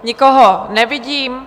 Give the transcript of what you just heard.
Nikoho nevidím.